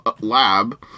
lab